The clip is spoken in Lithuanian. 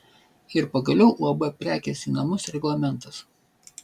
ir pagaliau uab prekės į namus reglamentas